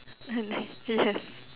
yes